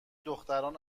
دختران